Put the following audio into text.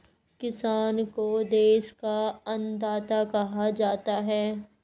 किसान को देश का अन्नदाता कहा जाता है